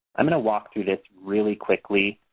i'm going to walk through this really quickly.